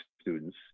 students